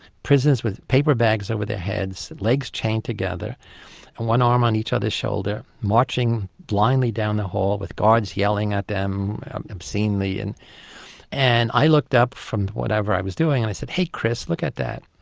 prisoners with paper bags over their heads, legs chained together and one arm on each other's shoulder, marching blindly down the hall with guards yelling at them obscenely. and and i looked up from whatever i was doing and said hey chris, look at that.